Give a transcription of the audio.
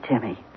Timmy